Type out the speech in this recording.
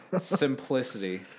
Simplicity